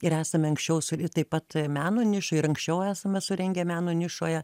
ir esame anksčiau su ir taip pat meno nišoj ir anksčiau esame surengę meno nišoje